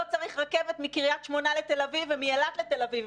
לא צריך רכבת מקריית שמונה לתל אביב ומאילת לתל אביב.